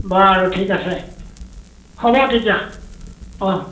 বাৰু ঠিক আছে হ'ব তেতিয়া অঁ